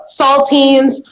saltines